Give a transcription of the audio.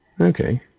Okay